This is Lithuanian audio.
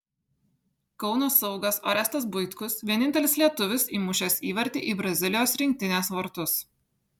kauno saugas orestas buitkus vienintelis lietuvis įmušęs įvartį į brazilijos rinktinės vartus